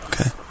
Okay